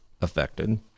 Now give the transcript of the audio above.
affected